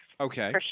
Okay